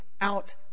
out